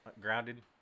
Grounded